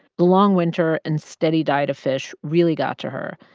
the long winter and steady diet of fish really got to her,